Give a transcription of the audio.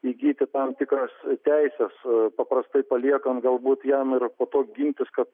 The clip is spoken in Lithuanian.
įgyti tam tikras teises paprastai paliekant galbūt jam ir po to gintis kad